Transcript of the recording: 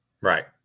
right